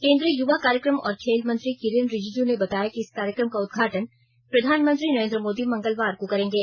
केन्द्रीय युवा कार्यकम और खेल मंत्री किरण रिजिजू ने बताया कि इस कार्यक्रम का उद्घाटन प्रधानमंत्री नरेन्द्र मोदी मंगलवार को करेंगे